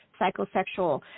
psychosexual